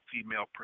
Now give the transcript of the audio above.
female